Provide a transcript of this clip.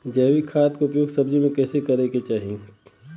जैविक खाद क उपयोग सब्जी में कैसे करे के चाही?